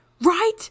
Right